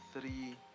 three